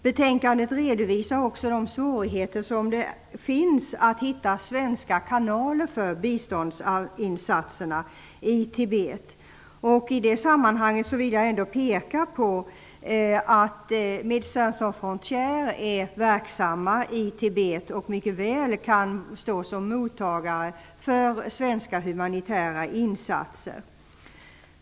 Betänkandet redovisar också de svårigheter som finns för att hitta svenska kanaler för biståndsinsatserna i Tibet. I det sammanhanget vill jag peka på att Médecins sans frontières är verksamma i Tibet och mycket väl kan stå som mottagare för svenska humanitära insatser.